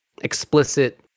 explicit